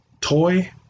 toy